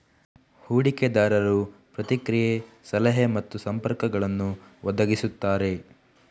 ಹೂಡಿಕೆದಾರರು ಪ್ರತಿಕ್ರಿಯೆ, ಸಲಹೆ ಮತ್ತು ಸಂಪರ್ಕಗಳನ್ನು ಒದಗಿಸುತ್ತಾರೆ